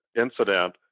incident